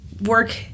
work